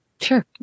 Sure